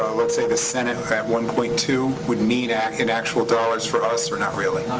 let's say, the senate, at one point two, would mean in actual dollars for us, or not really?